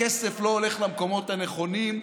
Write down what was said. הכסף לא הולך למקומות הנכונים,